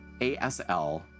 ASL